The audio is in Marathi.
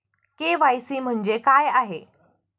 के.वाय.सी म्हणजे काय आहे?